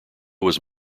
was